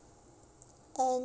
and